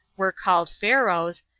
were called pharaohs,